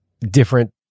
different